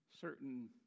certain